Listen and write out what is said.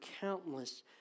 countless